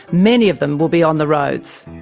many of them will be on the roads.